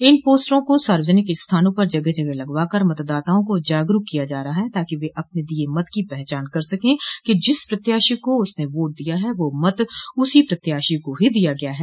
इन पोस्टरों को सार्वजनिक स्थानों पर जगह जगह लगवाकर मतदाताओं को जागरूक किया जा रहा है ताकि वे अपने दिये मत की पहचान कर सके कि जिस प्रत्याशी को उसने वोट दिया है वह मत उसी प्रत्याशी को ही गया है